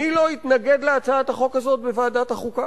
מי לא התנגד להצעת החוק הזאת בוועדת החוקה?